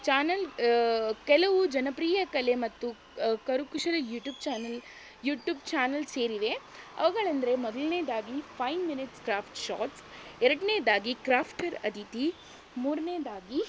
channel ಕೆಲವು ಜನಪ್ರಿಯ ಕಲೆ ಮತ್ತು ಕರಕುಶಲ ಯೂಟ್ಯೂಬ್ ಚಾನೆಲ್ ಯೂಟ್ಯೂಬ್ ಚಾನೆಲ್ ಸೇರಿವೆ ಅವುಗಳೆಂದರೆ ಮೊದಲನೇದಾಗಿ ಫೈವ್ ಮಿನಿಟ್ಸ್ ಕ್ರಾಫ್ಟ್ ಶಾಟ್ಸ್ ಎರಡ್ನೇದಾಗಿ ಕ್ರಾಫ್ಟರ್ ಅಧಿತಿ ಮೂರನೇದಾಗಿ